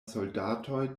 soldatoj